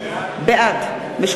בעד אראל מרגלית,